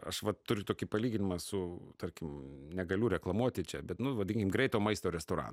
aš vat turiu tokį palyginimą su tarkim negaliu reklamuoti čia bet nu vadinkim greito maisto restoraną